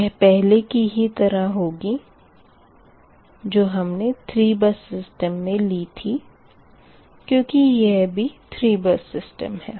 यह पहले की ही तरह होगी जो हमने 3 बस सिस्टम मे ली थी क्यूँकि यह भी 3 बस सिस्टम है